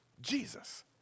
jesus